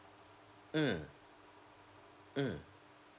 mm mm